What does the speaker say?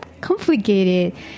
complicated